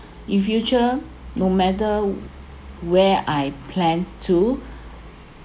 in future no matter where I plan to